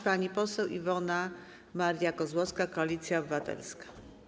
Pani poseł Iwona Maria Kozłowska, Koalicja Obywatelska.